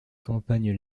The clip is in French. campagne